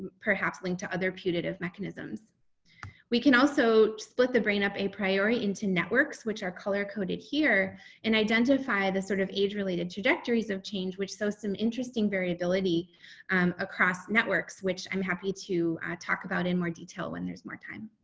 perhaps linked to other putative mechanisms. leah somerville we can also split the brain up a priority into networks, which are color coded here and identify the sort of age related trajectories of change which so some interesting variability across networks, which i'm happy to talk about in more detail when there's more time.